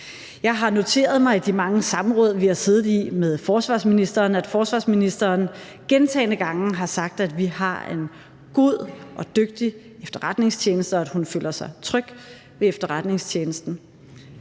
Jeg har noteret mig i de mange samråd, vi har siddet i med forsvarsministeren, at forsvarsministeren gentagne gange har sagt, at vi har en god og dygtig efterretningstjeneste, og at hun føler sig tryg ved efterretningstjenesten.